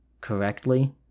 correctly